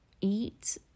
eat